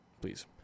please